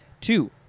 Two